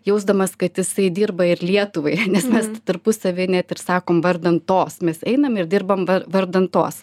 jausdamas kad jisai dirba ir lietuvai nes mes ta tarpusavy net ir sakom vardan tos mes einam ir dirbam vardan tos